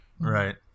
Right